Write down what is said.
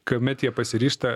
kuomet jie pasiryžta